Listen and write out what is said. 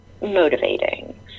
motivating